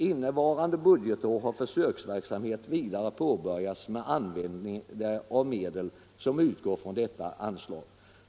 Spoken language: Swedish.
Innevarande budgetår har försöksverksamhet vidare påbörjats med användande av medel som utgår från detta anslag.